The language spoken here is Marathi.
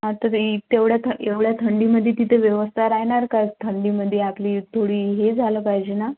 आता ताई तेवढया थ एवढया थंडीमध्ये तिथे व्यवस्था राहणार का थंडीमध्ये आपली थोडी हे झालं पाहिजे ना